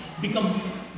become